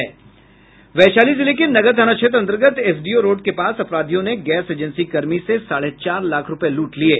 वैशाली जिले के नगर थाना क्षेत्र अन्तर्गत एसडीओ रोड के पास अपराधियों ने गैस एजेंसी कर्मी से साढ़े चार लाख रूपये लूट लिये